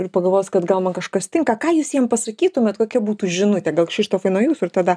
ir pagalvos kad gal man kažkas tinka ką jūs jiems pasakytumėt kokia būtų žinutė gal kšištofai nuo jūsų ir tada